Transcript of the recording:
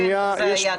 להזכירכם, זה כבר היה פה.